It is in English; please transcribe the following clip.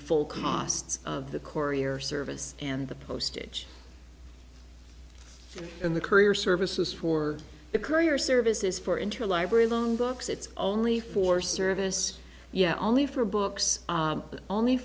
full costs of the kauri or service and the postage and the courier services for the courier services for interlibrary loan books it's only for service yeah only for books but only